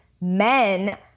men